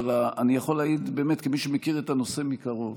אבל אני יכול להעיד, כמי שמכיר את הנושא מקרוב,